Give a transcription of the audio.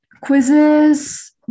quizzes